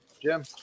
Jim